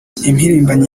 impirimbanyi